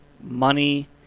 money